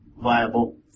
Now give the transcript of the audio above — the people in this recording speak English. viable